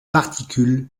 particules